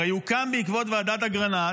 הרי הוא הוקם בעקבות ועדת אגרנט,